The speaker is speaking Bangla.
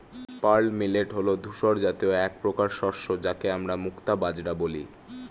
পার্ল মিলেট হল ধূসর জাতীয় একপ্রকার শস্য যাকে আমরা মুক্তা বাজরা বলি